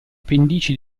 pendici